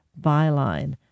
Byline